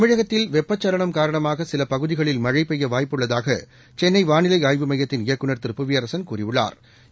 தமிழகத்தில் வெப்ப சலனம் காரணமாக சில பகுதிகளில் மழை பெய்ய வாய்ப்பு உள்ளதாக சென்னை வானிலை ஆய்வு மையத்தின் இயக்குநர் திரு புவியரசன் கூறியுள்ளாா்